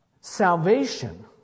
Salvation